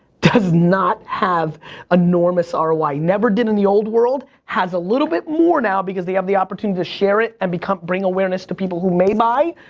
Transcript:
does not have enormous ah roi. never did in the old world, has a little bit more now, because they have the opportunity to share it and bring awareness to people who may buy,